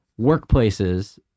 workplaces